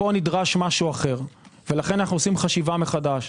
פה נדרש משהו אחר ולכן אנו עושים חשיבה מחדש.